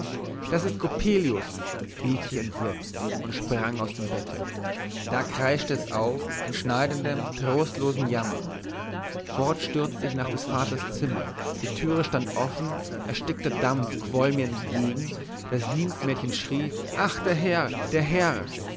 das ist coppelius rief ich entsetzt und sprang aus dem bette da kreischte es auf in schneidendem trostlosen jammer fort stürzte ich nach des vaters zimmer die türe stand offen erstickender dampf quoll mir entgegen das dienstmädchen schrie ach der herr der herr